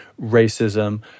racism